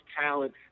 talent